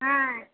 हँ